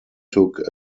took